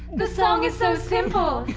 the song is so simple.